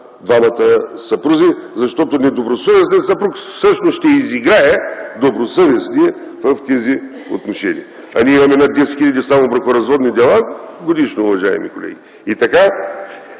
двамата съпрузи, защото недобросъвестният съпруг всъщност ще изиграе добросъвестния в тези отношения, а ние имаме над 10 хиляди само бракоразводни дела годишно, уважаеми колеги. И така,